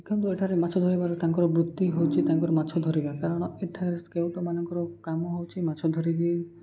ଦେଖନ୍ତୁ ଏଠାରେ ମାଛ ଧରିବାରେ ତାଙ୍କର ବୃତ୍ତି ହେଉଛି ତାଙ୍କର ମାଛ ଧରିବା କାରଣ ଏଠାରେ କେଉଟମାନଙ୍କର କାମ ହେଉଛି ମାଛ ଧରିକି